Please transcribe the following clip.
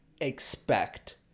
expect